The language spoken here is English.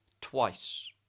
twice